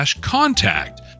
contact